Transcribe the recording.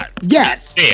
Yes